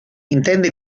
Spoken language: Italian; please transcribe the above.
intende